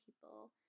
people